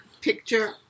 picture